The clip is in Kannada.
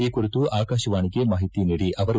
ಈ ಕುರಿತು ಆಕಾಶವಾಣಿಗೆ ಮಾಹಿತಿ ನೀಡಿದ ಅವರು